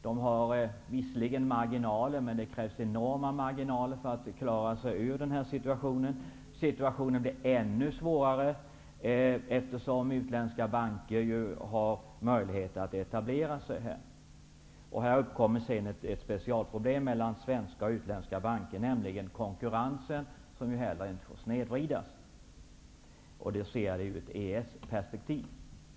De har visserligen marginaler, men det krävs enorma marginaler för att klara sig ur situationen. Situationen blir ännu svårare nu när utländska banker har möjlighet att etablera sig i Sverige. Här uppkommer ett speciellt problem mellan svenska och utländska banker med tanke på att konkurrensen inte får snedvridas. Jag ser detta i ett EES-perspektiv.